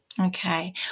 Okay